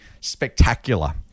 spectacular